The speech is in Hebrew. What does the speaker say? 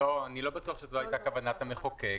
אבל זו לא הייתה כוונת המחוקק.